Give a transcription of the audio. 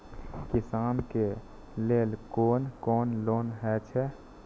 किसान के लेल कोन कोन लोन हे छे?